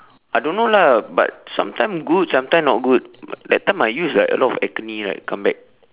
I don't know lah but sometime good sometime not good that time I use like a lot of acne right come back